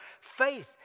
faith